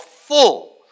full